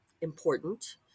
important